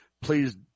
Please